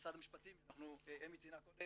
ומשרד המשפטים, אמי ציינה קודם